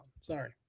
Sorry